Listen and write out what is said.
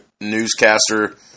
newscaster